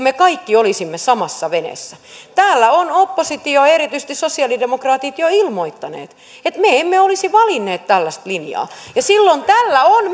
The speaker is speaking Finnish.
me kaikki olisimme samassa veneessä täällä on oppositio ja erityisesti sosialidemokraatit jo ilmoittanut että me emme olisi valinneet tällaista linjaa ja silloin tällä on